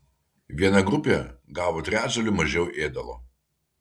viena grupė gavo trečdaliu mažiau ėdalo